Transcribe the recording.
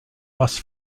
must